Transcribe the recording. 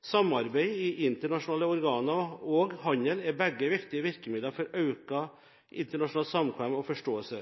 Samarbeid i internasjonale organer og handel er begge viktige virkemidler for økt internasjonalt samkvem og forståelse.